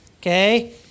okay